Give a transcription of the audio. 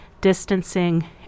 distancing